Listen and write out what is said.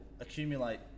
accumulate